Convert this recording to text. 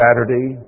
Saturday